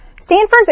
Stanford's